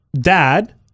dad